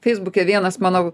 feisbuke vienas mano